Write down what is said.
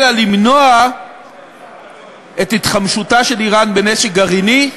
אלא למנוע את התחמשותה של איראן בנשק גרעיני,